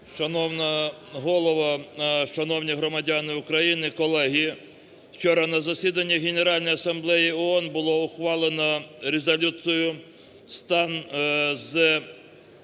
Шановна голово, шановні громадяни України, колеги! Вчора на засіданні Генеральної асамблеї ООН було ухвалено резолюцію "Стан з